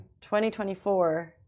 2024